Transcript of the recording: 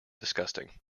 disgusting